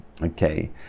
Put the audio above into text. okay